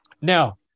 Now